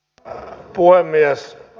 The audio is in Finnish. arvoisa puhemies